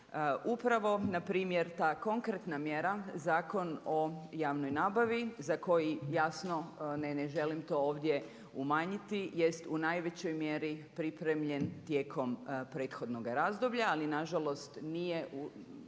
Upravo na primjer ta konkretna mjera Zakon o javnoj nabavi za koji jasno ne, ne želim to ovdje umanjiti jest u najvećoj mjeri pripremljen tijekom prethodnoga razdoblja. Ali na žalost nije